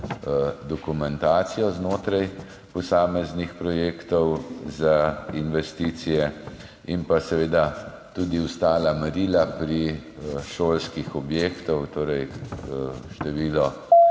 dokumentacijo znotraj posameznih projektov za investicije, in pa seveda tudi ostala merila pri šolskih objektih, torej število